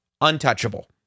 untouchable